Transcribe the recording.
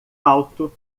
alto